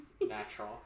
natural